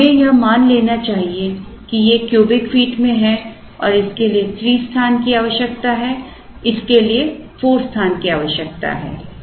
तो हमें यह मान लेना चाहिए कि ये क्यूबिक फीट में हैं और इसके लिए 3 स्थान की आवश्यकता है इसके लिए 4 स्थान की आवश्यकता है